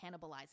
cannibalizing